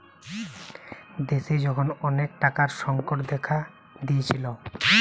দেশে যখন অনেক টাকার সংকট দেখা দিয়েছিলো